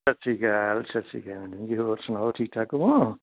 ਸਤਿ ਸ਼੍ਰੀ ਅਕਾਲ ਸਤਿ ਸ਼੍ਰੀ ਅਕਾਲ ਹਾਂਜੀ ਹੋਰ ਸੁਣਾਓ ਠੀਕ ਠਾਕ ਹੋ